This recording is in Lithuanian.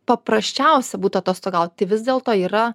paprasčiausia būtų atostogaut tai vis dėlto yra